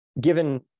Given